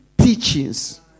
teachings